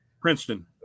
Princeton